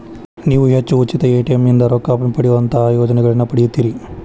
ನೇವು ಹೆಚ್ಚು ಉಚಿತ ಎ.ಟಿ.ಎಂ ಇಂದಾ ರೊಕ್ಕಾ ಹಿಂಪಡೆಯೊಅಂತಹಾ ಪ್ರಯೋಜನಗಳನ್ನ ಪಡಿತೇರಿ